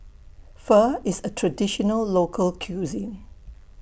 Pho IS A Traditional Local Cuisine